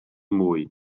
mwy